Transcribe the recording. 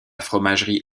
fromagerie